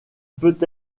peut